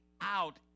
out